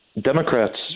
Democrats